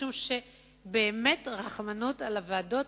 משום שבאמת רחמנות על הוועדות,